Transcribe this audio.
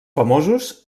famosos